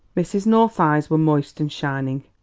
mrs. north's eyes were moist and shining.